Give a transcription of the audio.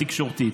תודה.